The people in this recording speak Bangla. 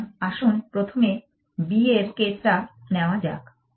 সুতরাং আসুন প্রথমে B এর কেসটা নেওয়া যাক